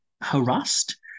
harassed